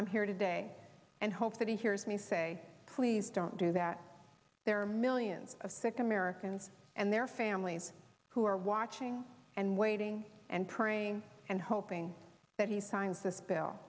i'm here today and hope that he hears me say please don't do that there are millions of sick americans and their families who are watching and waiting and praying and hoping that he signs